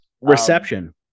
Reception